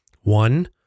One